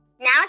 Now